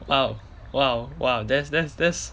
!wow! !wow! !wow! that's that's that's